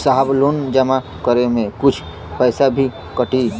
साहब लोन जमा करें में कुछ पैसा भी कटी?